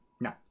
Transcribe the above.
No